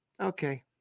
okay